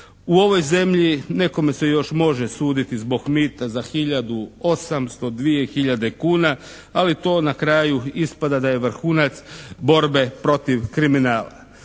U ovoj zemlji nekome se još može suditi zbog mita, za hiljadu 800, dvije hiljade kuna, ali to na kraju ispada da je vrhunac borbe protiv kriminala.